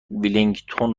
ولینگتون